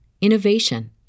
innovation